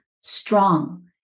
strong